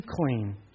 clean